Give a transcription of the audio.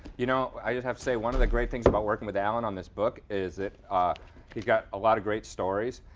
you know i just have to say one of the great things about working with alan on this book is that ah he got a lot of great stories.